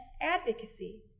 advocacy